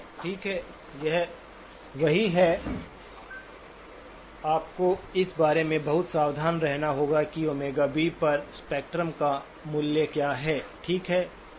ठीक है यह वही है आपको इस बारे में बहुत सावधान रहना होगा कि उस ΩB पर स्पेक्ट्रम का मूल्य क्या है ठीक है